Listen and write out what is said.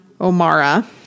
O'Mara